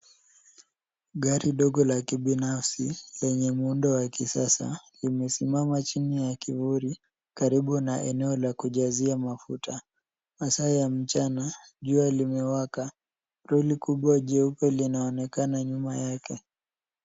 Gari dogo la kibinafsi lenye muundo wa kisasa imesimama chini ya kivuli karibu na eneo la kujazia mafuta masaa ya mchana. Jua limewaka, lori kubwa jeupe linaonekana nyuma yake